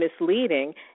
misleading